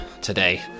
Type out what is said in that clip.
today